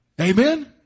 Amen